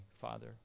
Father